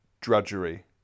drudgery